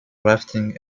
rafting